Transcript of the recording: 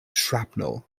shrapnel